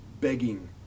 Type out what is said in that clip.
begging